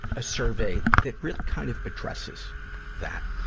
a survey that really kind of addresses that.